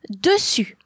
dessus